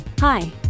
Hi